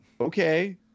okay